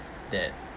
that